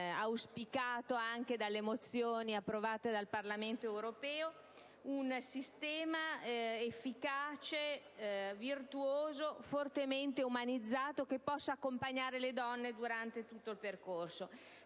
auspicato anche dalle mozioni approvate dal Parlamento europeo - un sistema efficace, virtuoso e fortemente umanizzato, che possa accompagnare le donne durante tutto il percorso.